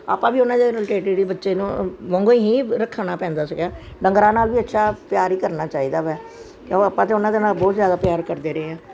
ਆਪਾਂ ਵੀ ਉਹਨਾਂ ਦੇ ਰਿਲੇਟਿਡ ਬੱਚੇ ਨੂੰ ਵਾਂਗੂ ਹੀ ਰੱਖਣਾ ਪੈਂਦਾ ਸੀਗਾ ਡੰਗਰਾਂ ਨਾਲ ਵੀ ਅੱਛਾ ਪਿਆਰ ਹੀ ਕਰਨਾ ਚਾਹੀਦਾ ਹੈ ਕਿਉਂ ਉਹ ਆਪਾਂ ਤਾਂ ਉਹਨਾਂ ਦੇ ਨਾਲ ਬਹੁਤ ਜ਼ਿਆਦਾ ਪਿਆਰ ਕਰਦੇ ਰਹੇ ਹਾਂ